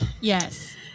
yes